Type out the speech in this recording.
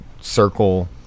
circle